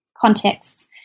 contexts